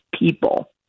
people